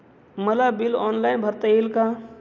मला bill online भरता येईल का?